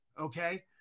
Okay